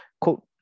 quote